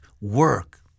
work